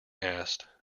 asked